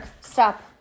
stop